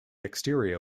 exterior